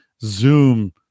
Zoom